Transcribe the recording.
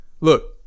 look